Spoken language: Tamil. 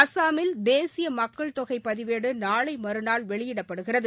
அஸ்ஸாமில் தேசிய மக்கள்தொகைப் பதிவேடு நாளை மறுநாள் வெளியிடப்படுகிறது